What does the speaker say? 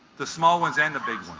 the small ones and the big